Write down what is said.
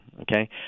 okay